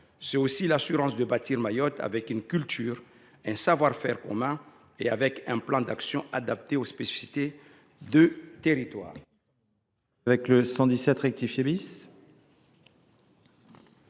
C’est aussi l’assurance de bâtir Mayotte selon une culture et un savoir faire communs, et avec un plan d’action adapté aux spécificités du territoire.